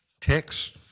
text